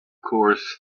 course